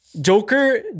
Joker